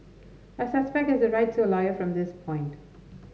a suspect has the right to a lawyer from this point